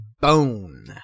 Bone